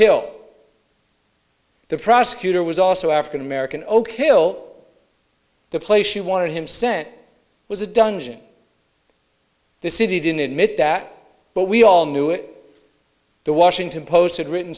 hill the prosecutor was also african american ok ill the place she wanted him sent was a dungeon this city didn't admit that but we all knew it the washington post had written